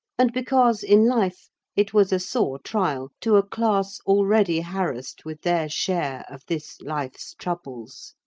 and because in life it was a sore trial to a class already harassed with their share of this life's troubles.